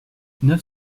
neuf